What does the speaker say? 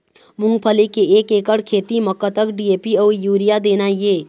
मूंगफली के एक एकड़ खेती म कतक डी.ए.पी अउ यूरिया देना ये?